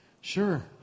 Sure